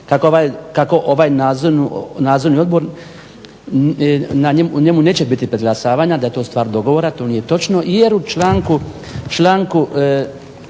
kako ovaj nadzorni odbor u njemu neće biti preglasavanja, da je to stvar dogovora, to nije točno jer u članku